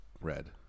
Red